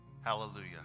Hallelujah